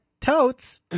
Totes